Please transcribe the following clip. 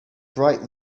bright